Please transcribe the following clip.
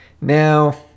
Now